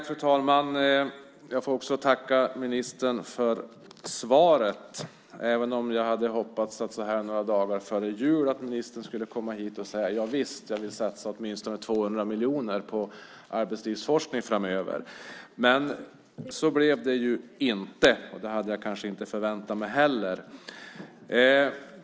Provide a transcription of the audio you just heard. Fru talman! Jag får också tacka ministern för svaret, även om jag hade hoppats på att ministern så här några dagar före jul skulle komma hit och säga att han ville satsa åtminstone 200 miljoner på arbetslivsforskning framöver. Men så blev det ju inte, och jag hade kanske inte väntat mig annat heller.